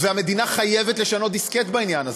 והמדינה חייבת לשנות דיסקט בעניין הזה.